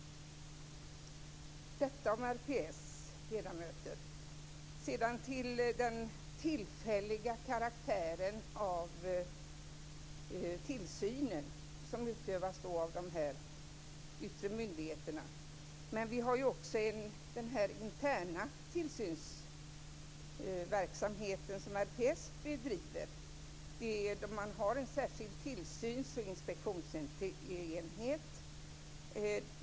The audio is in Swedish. Detta sagt om ledamöterna i Beträffande den tillfälliga karaktären på tillsynen som utövas av de yttre myndigheterna vill jag säga att vi också har den interna tillsynsverksamheten som RPS bedriver. Man har en särskild tillsyns och inspektionsenhet.